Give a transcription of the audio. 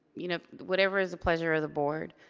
you know, whatever is the pleasure of the board.